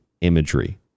imagery